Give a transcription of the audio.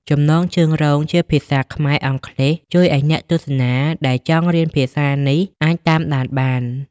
ចំណងជើងរងជាភាសាអង់គ្លេសជួយឱ្យអ្នកទស្សនាដែលចង់រៀនភាសានេះអាចតាមដានបាន។